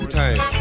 time